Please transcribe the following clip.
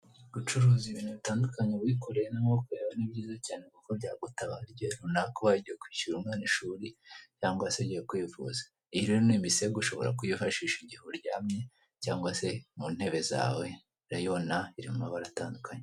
Gucuruza ibintu bitandukanye wikoreye n'amaboko yawe ni ibintu byiza cyane kuko byagutabara igihe runaka ubaye ugiye kwishyurira umwana ishuri cyangwa se ugiye kwivuza, iyi rero ni imisego ushobora kuyifashisha igihe uryamye cyangwa se mu ntebe zawe urayibona iri mu mabara atandukanye.